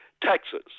taxes